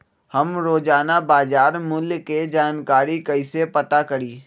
हम रोजाना बाजार मूल्य के जानकारी कईसे पता करी?